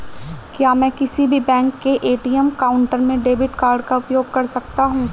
क्या मैं किसी भी बैंक के ए.टी.एम काउंटर में डेबिट कार्ड का उपयोग कर सकता हूं?